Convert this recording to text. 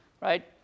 right